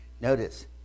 Notice